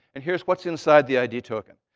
and here's what's inside the id token.